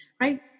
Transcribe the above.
right